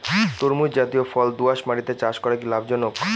তরমুজ জাতিয় ফল দোঁয়াশ মাটিতে চাষ করা কি লাভজনক?